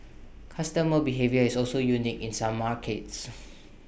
customer behaviour is also unique in some markets